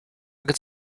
could